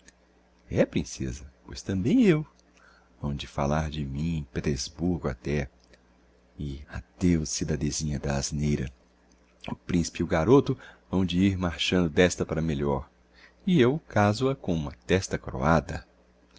é princêsa pois tambem eu hão-de falar de mim em petersburgo até e adeus cidadezinha da asneira o principe e o garoto hão-de ir marchando d'esta para melhor e eu caso a com uma testa coroada